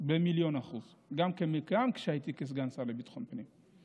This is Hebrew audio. במיליון אחוזים, גם כשהייתי סגן השר לביטחון פנים,